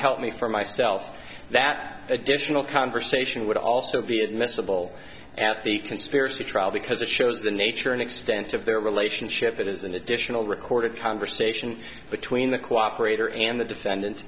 help me for myself that additional conversation would also be admissible at the conspiracy trial because it shows the nature and extent of their relationship it is an additional recorded conversation between the cooperate her and the defendant